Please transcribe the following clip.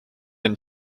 and